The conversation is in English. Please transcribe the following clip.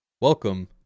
Welcome